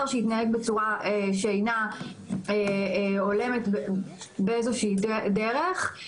שהתנהג בצורה שאינה הולמת באיזושהי דרך.